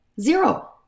Zero